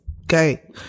okay